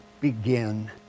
begin